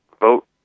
vote